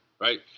right